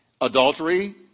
Adultery